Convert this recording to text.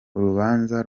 urubanza